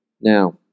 Now